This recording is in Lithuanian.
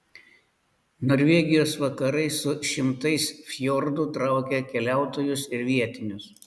norvegijos vakarai su šimtais fjordų traukia keliautojus ir vietinius